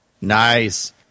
Nice